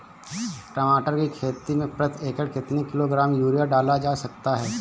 टमाटर की खेती में प्रति एकड़ कितनी किलो ग्राम यूरिया डाला जा सकता है?